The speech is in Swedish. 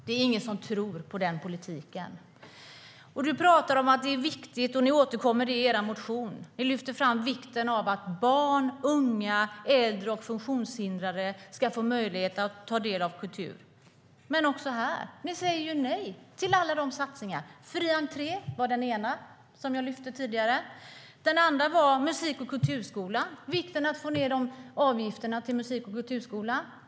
Det är ingen som tror på den politiken. Du talar om att det är viktigt, och ni återkommer till det i er motion, att barn, unga, äldre och funktionshindrade ska få möjlighet att ta del av kultur. Men ni säger ju även här nej till alla satsningarna. Fri entré var det ena som jag lyfte fram tidigare. Det andra var vikten av att få ned avgifterna till musik och kulturskolor.